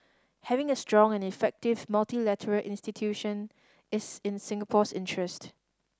having a strong and effective multilateral institution is in Singapore's interest